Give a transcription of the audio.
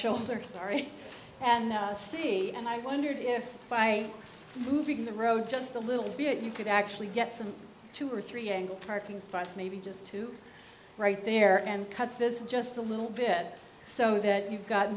shoulder and see and i wondered if by moving the road just a little bit you could actually get some two or three angle parking spots maybe just to right there and cut this just a little bit so that you got